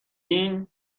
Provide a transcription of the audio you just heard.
این